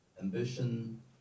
ambition